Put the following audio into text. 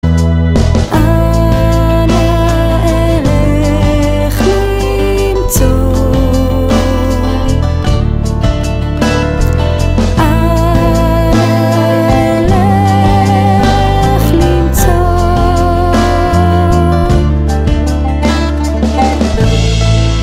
אנא אלך למצוא אנא אלך למצוא